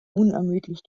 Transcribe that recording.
unermüdlich